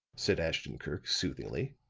said ashton-kirk, soothingly,